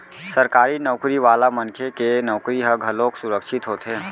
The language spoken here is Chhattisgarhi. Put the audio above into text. सरकारी नउकरी वाला मनखे के नउकरी ह घलोक सुरक्छित होथे